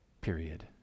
period